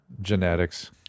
genetics